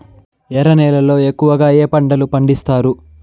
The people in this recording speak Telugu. ఎర్ర నేలల్లో ఎక్కువగా ఏ పంటలు పండిస్తారు